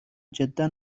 جدا